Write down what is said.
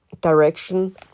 direction